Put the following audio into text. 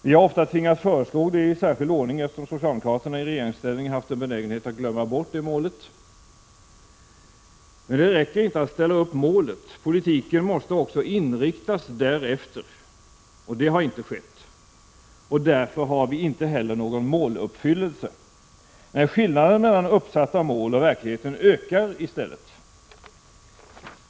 Vi har ofta tvingats föreslå det i särskild ordning, eftersom socialdemokraterna i regeringsställning haft en benägenhet att glömma bort det målet. Men det räcker inte med att ställa upp målet. Politiken måste också inriktas därefter. Det har inte skett. Därför har vi inte heller någon måluppfyllelse. Nej, skillnaden mellan uppsatta mål och verkligheten ökar i stället.